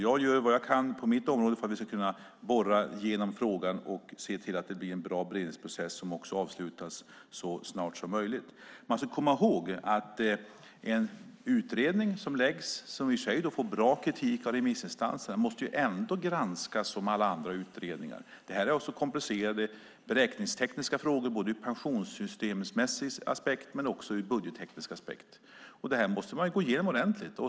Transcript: Jag gör vad jag kan på mitt område för att vi ska kunna borra igenom frågan och se till att det blir en bra beredningsprocess som också avslutas så snart som möjligt. Man ska komma ihåg att en utredning, även om den får bra kritik av remissinstanserna, ändå måste granskas som alla andra utredningar. Det är komplicerade beräkningstekniska frågor, både ur en pensionssystemmässig aspekt och ur en budgetteknisk aspekt. Det här måste man gå igenom ordentligt.